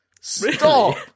Stop